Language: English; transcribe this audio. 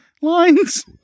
lines